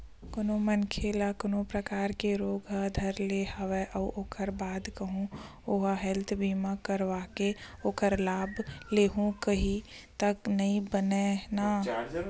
कोनो मनखे ल कोनो परकार के रोग ह धर ले हवय अउ ओखर बाद कहूँ ओहा हेल्थ बीमा करवाके ओखर लाभ लेहूँ कइही त नइ बनय न